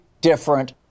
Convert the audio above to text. different